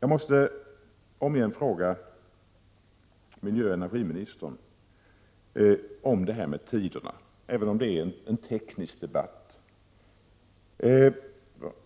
Jag måste omigen fråga miljöoch energiministern om talet om tiderna, även om det är en teknisk debatt. Jag ställde den frågan i mitt inledningsanförande.